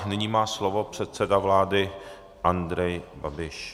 Nyní má slovo předseda vlády Andrej Babiš.